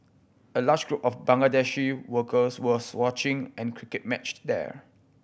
a large group of Bangladeshi workers was watching an cricket matched there